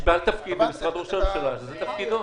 יש בעל תפקיד במשרד ראש הממשלה שזה תפקידו.